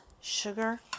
sugar